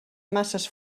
masses